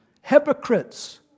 hypocrites